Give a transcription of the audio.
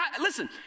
listen